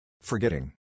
forgetting